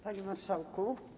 Panie Marszałku!